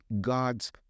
God's